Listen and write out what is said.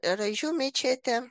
raižių mečetė